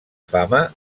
fama